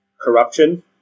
corruption